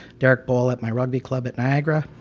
derek bole at my rugby club at niagara.